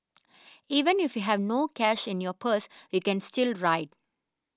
even if you have no cash in your purse you can still ride